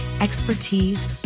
expertise